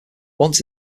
once